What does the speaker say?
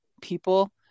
people